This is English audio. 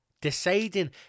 deciding